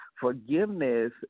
Forgiveness